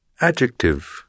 adjective